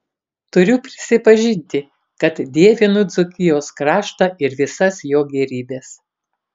turiu prisipažinti kad dievinu dzūkijos kraštą ir visas jo gėrybes